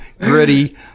gritty